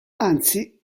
anzi